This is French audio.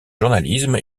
journalisme